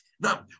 Now